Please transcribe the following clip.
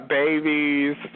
babies